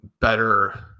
better